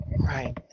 Right